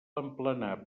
emplenar